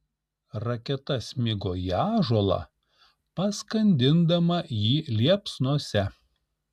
raketa smigo į ąžuolą paskandindama jį liepsnose